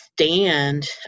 stand